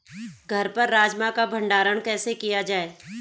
घर पर राजमा का भण्डारण कैसे किया जाय?